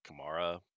Kamara